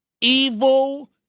evil